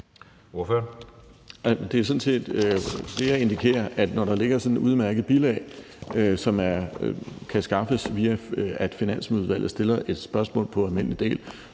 Det er jo sådan set værd at indikere, at når der ligger sådan et udmærket bilag, som kan skaffes ved, at Finansudvalget stiller et spørgsmål på almindelig del,